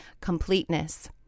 completeness